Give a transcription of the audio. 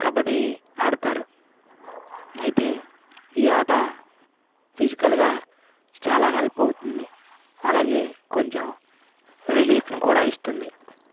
కబడ్డీ ఆడతారు అయితే ఈ ఆట ఫిజికల్గా చాలా హెల్ప్ అవుతుంది అలాగే కొంచెం రిలీఫును కూడ ఇస్తుంది